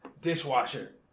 dishwasher